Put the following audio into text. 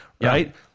right